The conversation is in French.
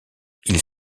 ils